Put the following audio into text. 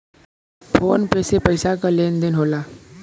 phone पे से पइसा क लेन देन होला